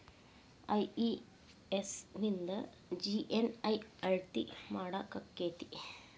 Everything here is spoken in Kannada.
ಐ.ಇ.ಎಸ್ ನಿಂದ ಜಿ.ಎನ್.ಐ ಅಳತಿ ಮಾಡಾಕಕ್ಕೆತಿ?